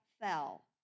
fell